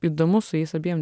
įdomu su jais abiem